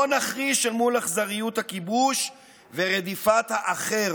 לא נחריש אל מול אכזריות הכיבוש ורדיפת האחר,